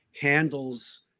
handles